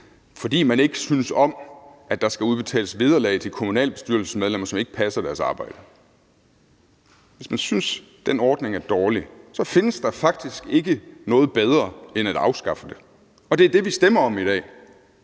og man ikke synes om, at der skal udbetales vederlag til kommunalbestyrelsesmedlemmer, som ikke passer deres arbejde, så findes der faktisk ikke noget bedre end at afskaffe det, og det er det, vi stemmer om i dag.